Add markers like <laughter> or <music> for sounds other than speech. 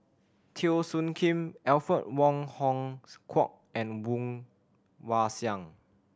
Teo Soon Kim Alfred Wong Hong <unintelligible> Kwok and Woon Wah Siang